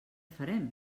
farem